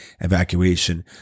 evacuation